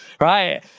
right